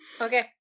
Okay